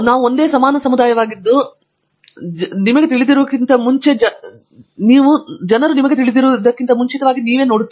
ಇದು ಒಂದೇ ಸಮಾನ ಸಮುದಾಯವಾಗಿದ್ದು ಜನರು ನಿಮಗೆ ತಿಳಿದಿರುವುದಕ್ಕಿಂತ ಮುಂಚಿತವಾಗಿ ನೀವು ನೋಡುತ್ತೀರಿ ಮತ್ತು ಕೇವಲ ಸಮಯವನ್ನು ನೋಡುತ್ತಾರೆ ಇದು ಕೆಲಸ ಮಾಡುವುದು ಸುಲಭವಲ್ಲ ಎಂದು ಅವರು ನೋಡುತ್ತಾರೆ